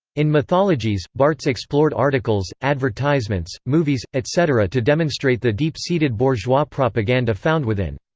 in mythologies, barthes explored articles, advertisements, movies, etc. to demonstrate the deep-seated bourgeois propaganda found within.